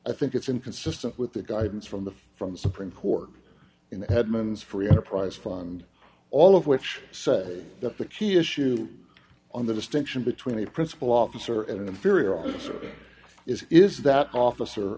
i think it's inconsistent with the guidance from the from the supreme court in the edmonds free enterprise fund all of which said that the key issue on the distinction between a principal officer and an inferior officer is is that officer